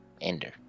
Ender